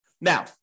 Now